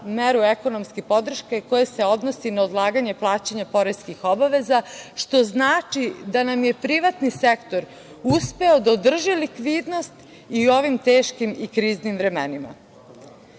meru ekonomske podrške koja se odnosi na odlaganje plaćanja poreskih obaveza, što znači da nam je privatni sektor uspeo da održi likvidnost i u ovim teškim i kriznim